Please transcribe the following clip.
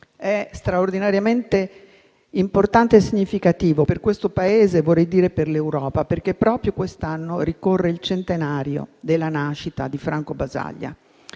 è straordinariamente importante e significativo per il nostro Paese e per l'Europa, perché proprio quest'anno ricorre il centenario della nascita di Franco Basaglia.